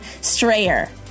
Strayer